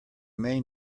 main